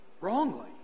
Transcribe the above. wrongly